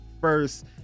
first